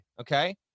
okay